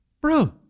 bro